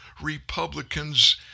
Republicans